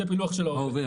זה פילוח של ההווה,